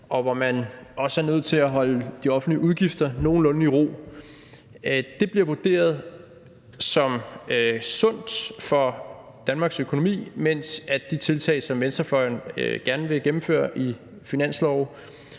og hvor man også er nødt til at holde de offentlige udgifter nogenlunde i ro – bliver vurderet som sundt for Danmarks økonomi, mens de tiltag, som venstrefløjen gerne vil gennemføre i finanslove,